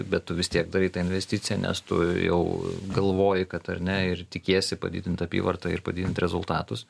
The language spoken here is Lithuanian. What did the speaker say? bet tu vis tiek darai tą investiciją nes tu jau galvoji kad ar ne ir tikiesi padidint apyvartą ir padidint rezultatus